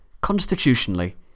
Constitutionally